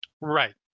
Right